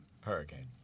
Hurricane